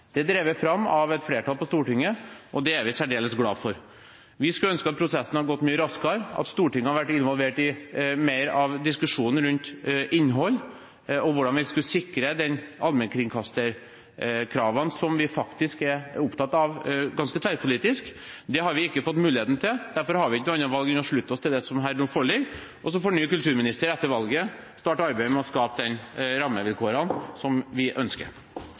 Det er drevet fram av et flertall på Stortinget, og det er vi særdeles glad for. Vi skulle ønske at prosessen hadde gått mye raskere, at Stortinget hadde vært involvert i mer av diskusjonen rundt innhold og hvordan vi skulle sikre de allmennkringkasterkravene som vi faktisk er opptatt av ganske tverrpolitisk. Det har vi ikke fått muligheten til, og derfor har vi ikke noe annet valg enn å slutte oss til det som nå foreligger, og så får ny kulturminister etter valget starte arbeidet med å skape de rammevilkårene som vi ønsker.